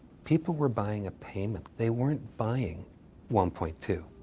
people were buying a payment. they weren't buying one point two